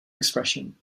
expression